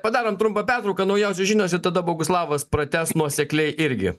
padarom trumpą pertrauką naujausios žinios ir tada boguslavas pratęs nuosekliai irgi